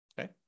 Okay